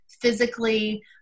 physically